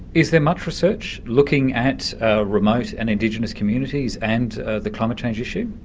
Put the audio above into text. is there much research looking at remote and indigenous communities and the climate change issue?